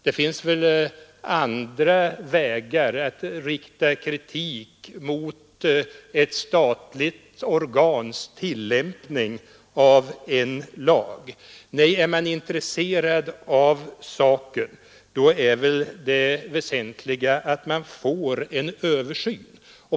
Det finns väl andra vägar att gå om man vill rikta kritik mot ett statligt organs tillämpning av en lag. Nej, är man intresserad av saken, då är väl det väsentliga att se till att vi får en översyn.